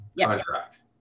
contract